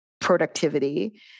productivity